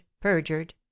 perjured